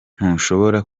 ntushobora